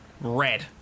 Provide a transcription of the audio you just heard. red